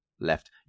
left